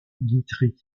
guitry